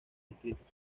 distritos